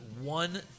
one